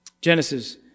Genesis